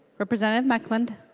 representative mekeland